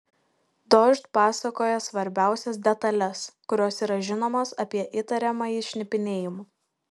dožd pasakoja svarbiausias detales kurios yra žinomos apie įtariamąjį šnipinėjimu